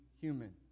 human